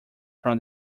from